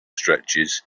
stretches